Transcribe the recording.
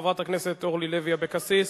חברת הכנסת אורלי לוי אבקסיס,